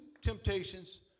temptations